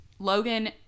Logan